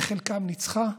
בחלקם ניצחה,